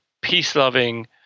peace-loving